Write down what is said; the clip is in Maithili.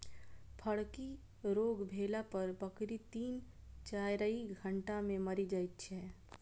फड़की रोग भेला पर बकरी तीन चाइर घंटा मे मरि जाइत छै